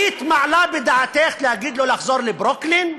היית מעלה בדעתך להגיד לו לחזור לברוקלין,